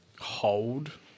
hold